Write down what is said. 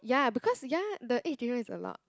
ya because ya the eight dinner is a lot